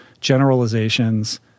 generalizations